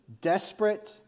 desperate